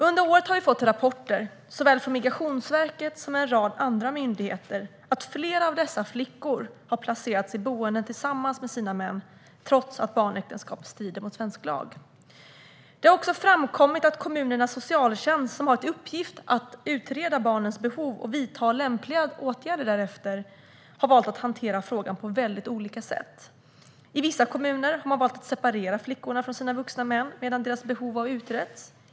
Under året har vi fått rapporter från såväl Migrationsverket som en rad andra myndigheter om att flera av dessa flickor har placerats i boenden tillsammans med deras män trots att barnäktenskap strider mot svensk lag. Det har också framkommit att kommunernas socialtjänst, som har till uppgift att utreda barnens behov och vidta lämpliga åtgärder därefter, har valt att hantera frågan på väldigt olika sätt. I vissa kommuner har man valt att separera flickorna från deras vuxna män medan deras behov har utretts.